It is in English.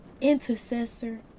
intercessor